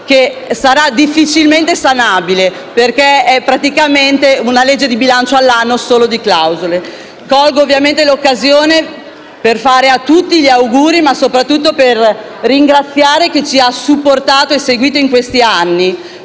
che sarà difficilmente sanabile, perché equivale praticamente a una legge di bilancio all'anno solo di clausole. Colgo l'occasione per fare a tutti gli auguri, ma soprattutto per ringraziare chi ci ha supportato e seguito in questi anni,